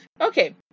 Okay